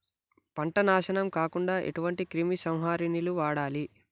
పంట నాశనం కాకుండా ఎటువంటి క్రిమి సంహారిణిలు వాడాలి?